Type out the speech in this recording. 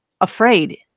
afraid